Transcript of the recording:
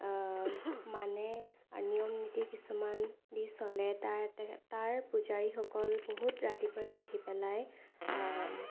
মানে আৰু নিয়ম নীতি কিছুমান দি চলে তাৰ তাৰ পূজাৰীসকলে বহুত ৰাতিপুৱাই উঠি পেলাই